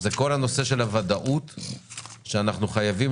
זה כל הנושא של הוודאות שאנחנו חייבים